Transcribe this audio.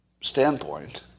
standpoint